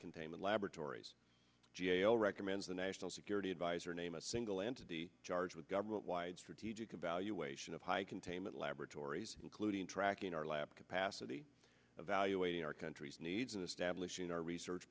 containment laboratories g a o recommends the national security adviser name a single entity charged with government wide strategic value way short of high containment laboratories including tracking our lab capacity evaluating our country's needs in establishing our research